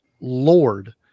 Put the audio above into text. Lord